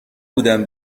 بودم